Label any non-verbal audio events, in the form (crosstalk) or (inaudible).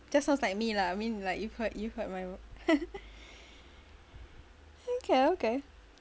just sounds like me lah I mean like you heard you heard my v~ (laughs) okay okay